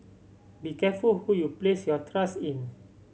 be careful who you place your trust in